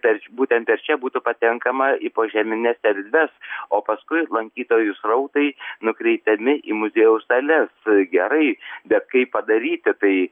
per būtent per čia būtų patenkama į požemines erdves o paskui lankytojų srautai nukreipiami į muziejaus dalis gerai bet kaip padaryti tai